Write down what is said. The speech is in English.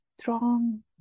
strong